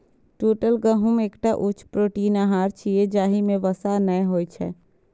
टूटल गहूम एकटा उच्च प्रोटीन आहार छियै, जाहि मे वसा नै होइ छै